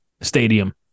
stadium